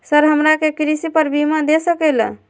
Sir हमरा के कृषि पर बीमा दे सके ला?